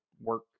work